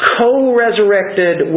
co-resurrected